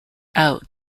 out